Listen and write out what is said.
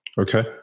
Okay